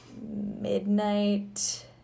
Midnight